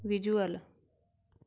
visual